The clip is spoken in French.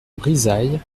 brizailles